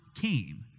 came